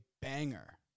Banger